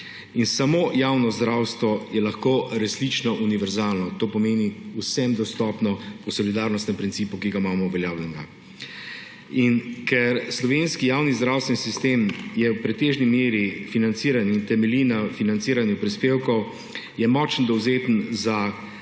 Samo javno zdravstvo je lahko resnično univerzalno, to pomeni vsem dostopno po solidarnostnem principu, ki ga imamo uveljavljenega. In ker je slovenski javni zdravstveni sistem v pretežni meri financiran in temelji na financiranju prispevkov, je močno dovzeten za